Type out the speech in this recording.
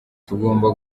tugomba